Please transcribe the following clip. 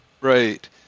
Right